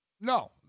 No